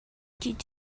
did